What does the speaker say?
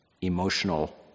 emotional